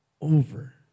over